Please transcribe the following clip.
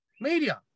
Media